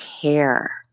care